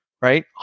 right